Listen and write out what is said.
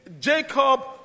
Jacob